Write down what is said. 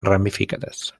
ramificadas